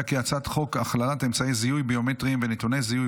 חוק הכללת אמצעי זיהוי ביומטריים ונתוני זיהוי